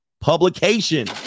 publication